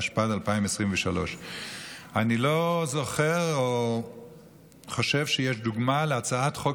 התשפ"ד 2023. אני לא זוכר או חושב שיש דוגמה להצעת חוק